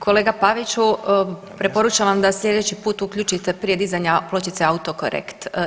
Kolega Paviću, preporučam vam da sljedeći put uključite prije dizanja pločice autokorekt.